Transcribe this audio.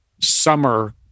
summer